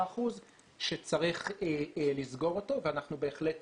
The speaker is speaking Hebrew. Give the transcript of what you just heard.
אחוזים שצריך לסגור אותו ואנחנו בהחלט